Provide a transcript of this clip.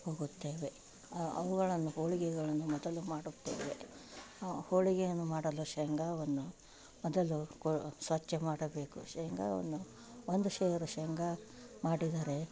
ಹೋಗುತ್ತೇವೆ ಅವುಗಳನ್ನು ಹೋಳಿಗೆಗಳನ್ನು ಮೊದಲು ಮಾಡುತ್ತೇವೆ ಹೋಳಿಗೆಯನ್ನು ಮಾಡಲು ಶೇಂಗವನ್ನು ಮೊದಲು ಕೋ ಸ್ವಚ್ಛ ಮಾಡಬೇಕು ಶೇಂಗವನ್ನು ಒಂದು ಸೇರು ಶೇಂಗ ಮಾಡಿದರೆ